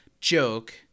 joke